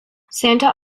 santa